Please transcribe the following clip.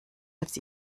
als